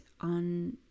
on